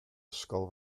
ysgol